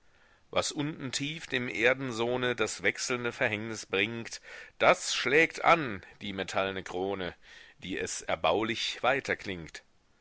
was unten tief dem erdensohne das wechselnde verhängnis bringt das schlägt an die metallne krone die es erbaulich